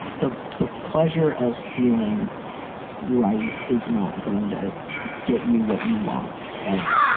the the pleasure of feeling right. is not going to get you what you want. like,